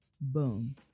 Boom